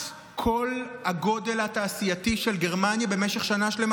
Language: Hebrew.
כל הגודל התעשייתי של גרמניה במשך שנה שלמה.